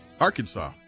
Arkansas